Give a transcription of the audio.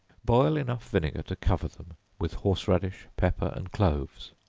boil enough vinegar to cover them, with horse radish, pepper and cloves,